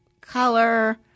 color